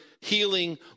healing